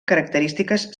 característiques